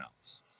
else